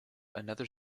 another